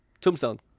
Tombstone